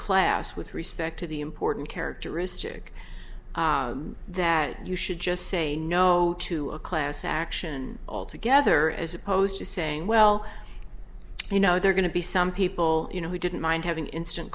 class with respect to the important characteristic that you should just say no to a class action all together as opposed to saying well you know they're going to be some people you know we didn't mind having instant